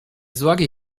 sorge